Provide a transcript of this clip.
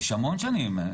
המון שנים,